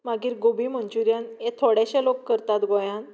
मागीर गोबी मंचुरीयन हें थोडेशे लोक करतात गोंयान